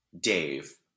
Dave